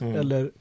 eller